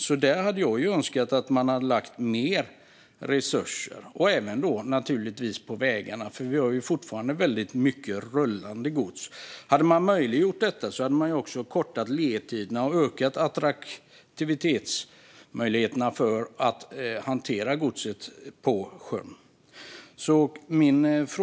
Jag hade önskat att man hade lagt mer resurser där och även på vägarna, för vi har fortfarande väldigt mycket rullande gods. Genom att möjliggöra detta kunde man också korta ledtiderna och öka attraktiviteten för att hantera godset på sjön. Fru talman!